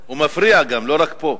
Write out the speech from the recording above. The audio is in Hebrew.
הוא מפריע אגב, לא רק פה.